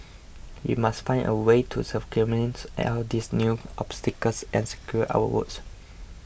we must find a way to circumvent all these new obstacles and secure our votes